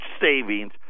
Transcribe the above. savings